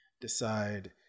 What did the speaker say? decide